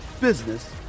business